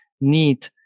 need